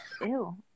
ew